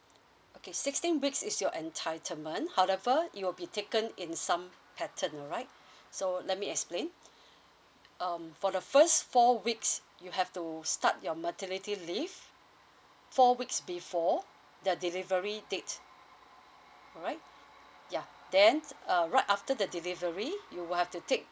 okay sixteen weeks is your entitlement however it will be taken in some pattern alright so let me explain um for the first four weeks you have to start your maternity leave four weeks before the delivery date alright ya then uh right after the delivery you will have to take